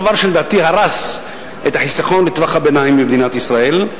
דבר שלדעתי הרס את החיסכון לטווח הביניים במדינת ישראל.